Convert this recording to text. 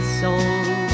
soul